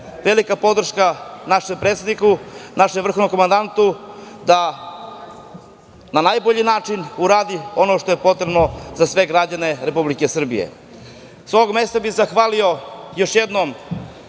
sve. Velika podrška našem predsedniku, našem vrhovnom komandantu da na najbolji način uradi ono što je potrebno za sve građane Republike Srbije. Sa ovog mesta bih zahvalio još jednom